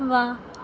ਵਾਹ